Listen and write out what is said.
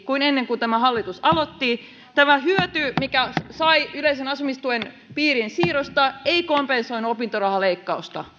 kuin ennen kuin tämä hallitus aloitti tämä hyöty minkä sai yleisen asumistuen piiriin siirrosta ei kompensoinut opintorahaleikkausta